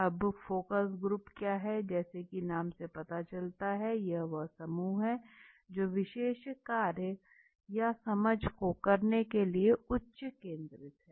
अब focus group क्या है जैसा कि नाम से पता चलता है यह वह समूह है जो विशेष कार्य या समझ को करने के लिए उच्च केंद्रित है